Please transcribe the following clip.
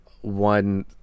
one